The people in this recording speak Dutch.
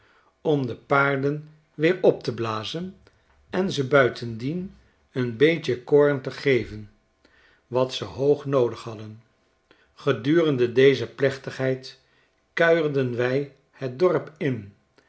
om de paarden weer op te blazen en ze buitendien een beetje koorn te geven wat ze hoog noodig hadden gedurende deze plechtigheid kuierden wij het dorp in